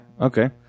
okay